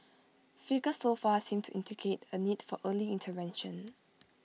figures so far seem to indicate A need for early intervention